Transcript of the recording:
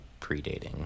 predating